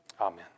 Amen